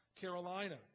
Carolina